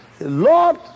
Lord